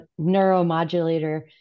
neuromodulator